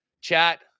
chat